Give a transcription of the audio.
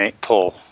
pull